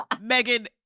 Megan